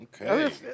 Okay